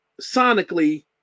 sonically